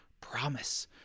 promise